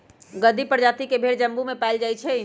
गद्दी परजाति के भेड़ जम्मू में पाएल जाई छई